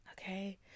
Okay